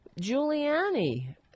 Giuliani